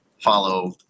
follow